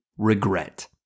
regret